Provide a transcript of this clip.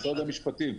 משרד המשפטים.